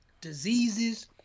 diseases